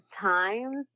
times